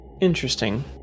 Interesting